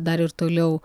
dar ir toliau